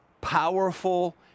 powerful